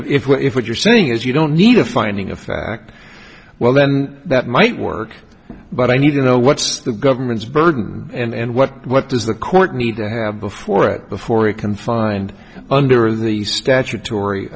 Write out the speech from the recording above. if what if what you're saying is you don't need a finding of fact well then that might work but i need to know what's the government's burden and what what does the court need to have before it before we can find under the statutory